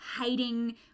hating